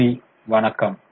நன்றி வணக்கம்